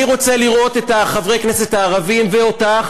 אני רוצה לראות את חברי הכנסת הערבים ואותך